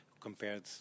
compared